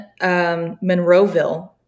Monroeville